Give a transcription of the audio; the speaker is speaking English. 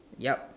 yup